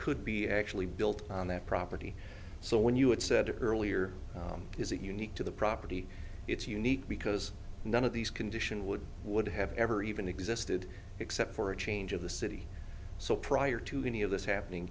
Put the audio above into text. could be actually built on that property so when you had said earlier is it unique to the property it's unique because none of these conditions would would have ever even existed except for a change of the city so prior to any of this happening